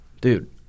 Dude